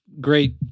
great